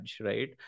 right